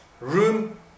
room